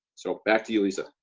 so, back to you lisa.